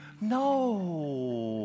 No